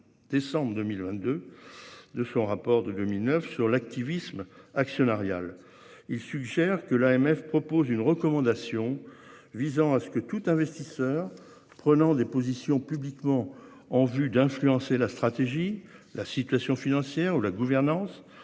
Décembre 2022, de son rapport de 2009 sur l'activisme actionnarial. Il suggère que l'AMF propose une recommandation visant à ce que tout investisseur prenant des positions publiquement en vue d'influencer la stratégie, la situation financière ou la gouvernance